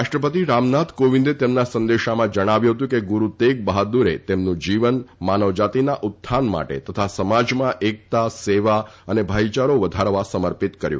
રાષ્ટ્રપતિ રામનાથ કોવિંદે તેમના સંદેશામાં જણાવ્યું હતું કે ગુરૂ તેગ બહાદૂરે તેમનું જીવન માનવજાતિના ઉત્થાન માટે તથા સમાજમાં એકતા સેવા અને ભાઇચારો વધારવા સમર્પિત કર્યું